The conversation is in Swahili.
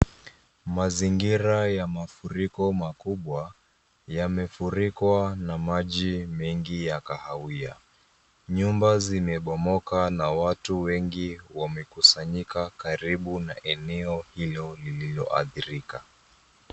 Mazingira ya mafuriko makubwa yamefurikwa na maji mengi ya kahawia. Nyumba zimebomoka na watu wengi wamekusanyika karibu na eneo hilo lililoathirika.